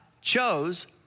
chose